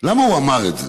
למה הוא אמר את זה.